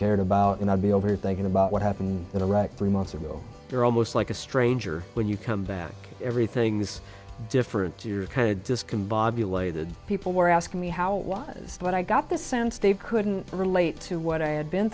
cared about and i'd be over thinking about what happened in iraq three months ago they're almost like a stranger when you come back everything is different to your kind of discombobulated people were asking me how it was but i got the sounds dave couldn't relate to what i had been